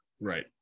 Right